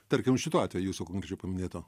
tarkim šituo atveju jūsų konkrečiai paminėtu